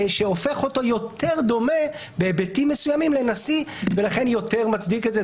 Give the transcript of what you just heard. שהופך אותו יותר דומה בהיבטים מסוימים לנשיא ולכן יותר מצדיק את זה.